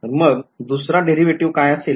तर मग दुसरा डेरीवेटीव्ह काय असेल